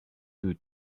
two